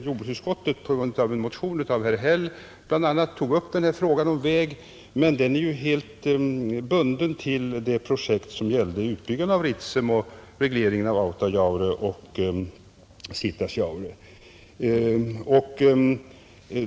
Jordbruksutskottet tog med anledning av en motion av herr Häll m.fl. upp denna fråga om väg, men den är helt bunden till det projekt som gällde utbyggande av Ritsem och reglering av Autajaure och Sitasjaure.